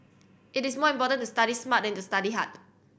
it is more important to study smart than to study hard